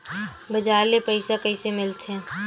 बजार ले पईसा कइसे मिलथे?